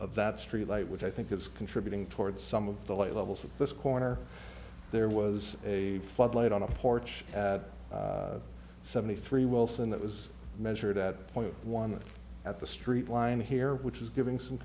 of that street light which i think is contributing toward some of the light levels of this corner there was a flood light on the porch at seventy three wilson that was measured at point one at the st line here which is giving some